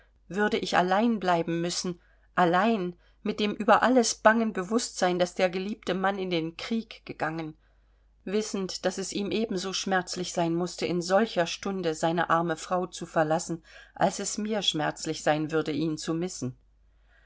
würde ich allein bleiben müssen allein mit dem über alles bangen bewußtsein daß der geliebte mann in den krieg gegangen wissend daß es ihm ebenso schmerzlich sein mußte in solcher stunde seine arme frau zu verlassen als es mir schmerzlich sein würde ihn zu missen